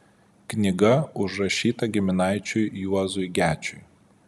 knyga užrašyta giminaičiui juozui gečiui